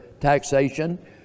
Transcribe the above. taxation